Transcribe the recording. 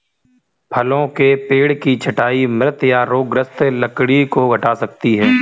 फलों के पेड़ की छंटाई मृत या रोगग्रस्त लकड़ी को हटा सकती है